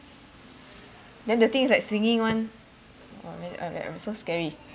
then the thing is like swinging [one] !wah! I'm like so scary